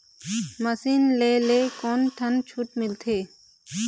Machine ले ले कोन ठन छूट मिलथे?